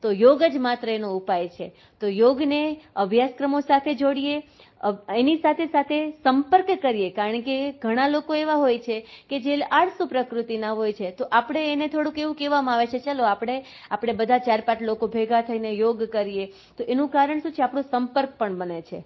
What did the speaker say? તો યોગ જ માત્ર એનો ઉપાય છે તો યોગને અભ્યાસક્રમો સાથે જોડી એની સાથે સાથે સંપર્ક કરીએ કારણ કે ઘણા લોકો એવા હોય છે કે જે આળસુ પ્રકૃતિના હોય છે તો આપણે એને થોડુક કહેવામાં આવે છે કે ચાલો આપણે આપણે બધા ચાર પાંચ લોકો બધા થઈને યોગ કરીએ તો એનું કારણ શું છે આપણે સંપર્ક પણ બને છે